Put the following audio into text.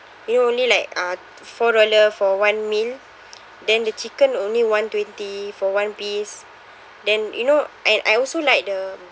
you know only like uh four dollar for one meal then the chicken only one twenty for one piece then you know and I also like the